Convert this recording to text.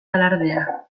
alardea